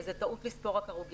וזו טעות לספור רק הרוגים.